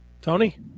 Tony